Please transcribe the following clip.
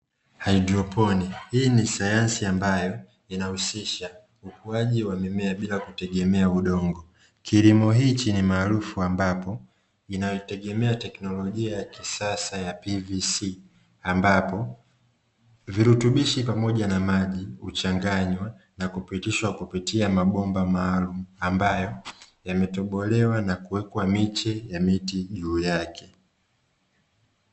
Kilimo cha Hydroponi, peponi hii ni sayansi ambayo inahusisha ukuaji wa mimea bila kutegemea udongo. Kilimo hiki ni maarufu ambapo inayotegemea teknolojia ya kisasa ya (pvc) ambapo, virutubishi pamoja na maji huchanganywa na kupitishwa kupitia mabomba maalumu ambayo yametobolewa na kuwekwa miche ya miti juu yake.